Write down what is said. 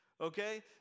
okay